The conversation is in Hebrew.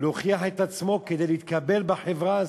להוכיח את עצמו כדי להתקבל בחברה הזאת.